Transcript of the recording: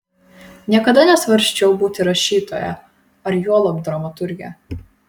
niekada nesvarsčiau būti rašytoja ar juolab dramaturge